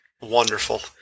wonderful